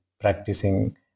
practicing